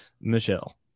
Michelle